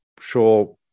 sure